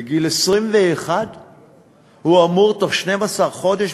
בגיל 21 הוא אמור בתוך 12 חודש,